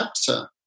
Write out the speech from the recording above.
chapter